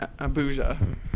Abuja